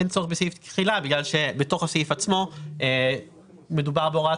אין צורך בסעיף תחילה בגלל שמדובר בהוראת